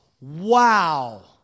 Wow